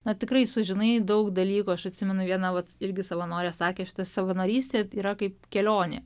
na tikrai sužinai daug dalykų aš atsimenu viena vat irgi savanorė sakė šita savanorystė yra kaip kelionė